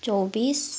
चौबिस